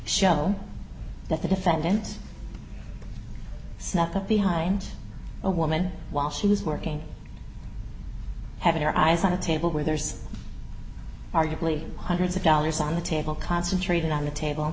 show that the defendant snuck up behind a woman while she was working having her eyes on a table where there's arguably hundreds of dollars on the table concentrated on the table